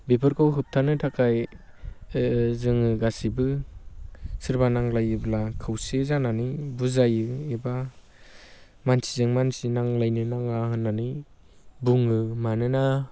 बेफोरखौ होबथानो थाखाय जोङो गासैबो सोरबा नांज्लायोब्ला खौसे जानानै बुजायो एबा मानसिजों मानसि नांज्लायनो नाङा होननानै बुङो मानोना